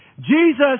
Jesus